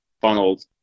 funneled